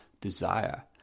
desire